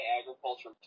agriculture